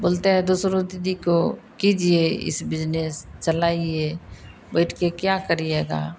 बोलते हैं दूसरो दीदी को कीजिए इस बिजनेस च लाइए बैठकर क्या करिएगा